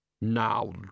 Now